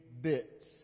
bits